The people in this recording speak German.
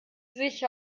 sich